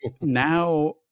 now